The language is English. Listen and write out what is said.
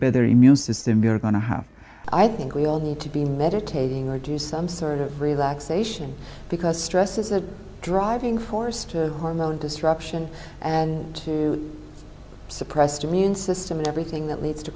better immune system we're going to have i think we all need to be meditating or do some sort of relaxation because stress is a driving force to hormone disruption to suppressed immune system and everything that leads to